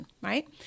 right